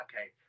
okay